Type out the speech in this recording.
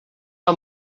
are